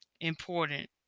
important